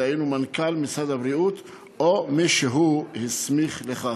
דהיינו מנכ"ל משרד הבריאות או מי שהוא הסמיך לכך.